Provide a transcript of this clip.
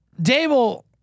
Dable